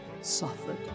suffered